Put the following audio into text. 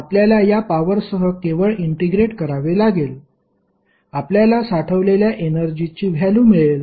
आपल्याला या पॉवरसह केवळ इंटिग्रेट करावे लागेल आपल्याला साठवलेल्या एनर्जीची व्हॅल्यु मिळेल